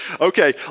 Okay